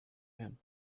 him